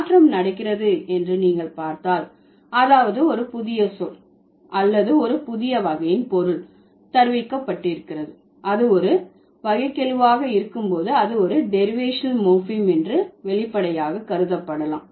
மாற்றம் நடக்கிறது என்று நீங்கள் பார்த்தால் அதாவது ஒரு புதிய சொல் அல்லது ஒரு புதிய வகையின் பொருள் தருவிக்கப்பட்டிருக்கிறது அது வகைக்கெழுவாக இருக்கும் போது அது ஒரு டெரிவேஷனல் மோர்பீம் என்று வெளிப்படையாக கருதப்படலாம்